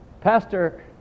Pastor